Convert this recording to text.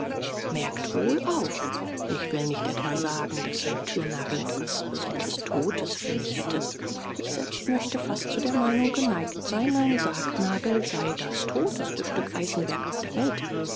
merkt wohl auf ich will nicht etwa sagen daß ein thürnagel etwas besonders totes für mich hätte ich selbst möchte fast zu der meinung geneigt sein ein sargnagel sei das toteste stück eisenwerk auf der welt